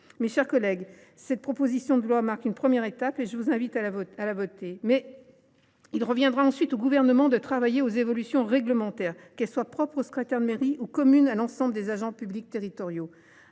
Mes chers collègues, cette proposition de loi marque une première étape, que je vous invite à voter. Il reviendra ensuite au Gouvernement de travailler aux évolutions réglementaires, qu’elles soient propres aux secrétaires de mairie ou communes à l’ensemble des agents publics territoriaux.